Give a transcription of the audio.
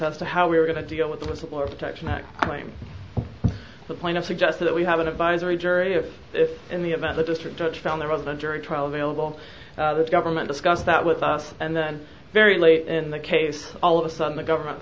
princesa how we were going to deal with the whistleblower protection act plame the plaintiff suggests that we have an advisory jury of if in the event the district judge found there was a jury trial available this government discussed that with us and then very late in the case all of a sudden the government